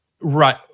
right